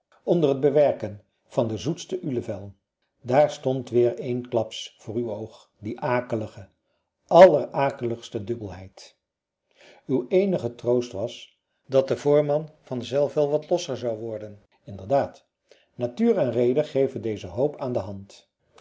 onder t bewerken van de zoetste ulevel daar stond weer eensklaps voor uw oog die akelige allerakeligste dubbelheid uw eenige troost was dat de voorman vanzelf wel wat losser zou worden inderdaad natuur en rede geven deze hoop aan de hand